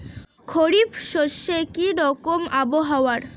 খরিফ শস্যে কি রকম আবহাওয়ার?